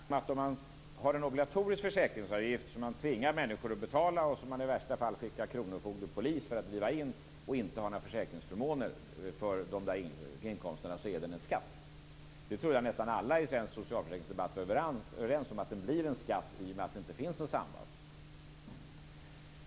Fru talman! Om man har en obligatorisk försäkringsavgift som man tvingar människor att betala, och i värsta fall skickar kronofogde och polis för att driva in, utan att ha några försäkringsförmåner för dem med de här inkomsterna, så är det en skatt. Det trodde jag att nästan alla i svensk socialförsäkringsdebatt var överens om. Det blir en skatt i och med det inte finns något samband.